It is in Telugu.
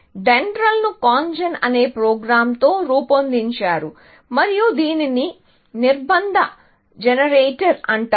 డెండ్రాళ్ ను CONGEN అనే ప్రోగ్రామ్తో రూపొందించారు మరియు దీనిని నిర్బంధ జనరేటర్ అంటారు